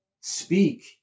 speak